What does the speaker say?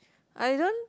I don't